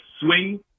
swing